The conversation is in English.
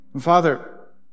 Father